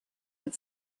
had